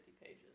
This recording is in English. pages